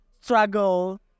struggle